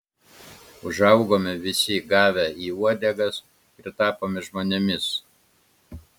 užaugome visi gavę į uodegas ir tapome žmonėmis